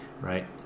right